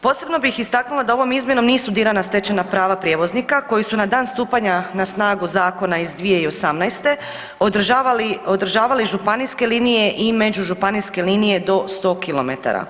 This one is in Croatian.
Posebno bih istaknula da ovom izmjenom nisu dirana stečena prava prijevoznika koji su na dan stupanja na snagu zakona iz 2018. održavali županijske linije i međužupanijske linije do 100km.